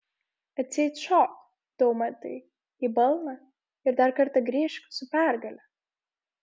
atseit šok daumantai į balną ir dar kartą grįžk su pergale